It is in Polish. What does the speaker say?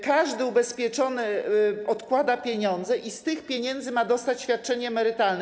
Każdy ubezpieczony odkłada pieniądze i z tych pieniędzy ma dostać świadczenie emerytalne.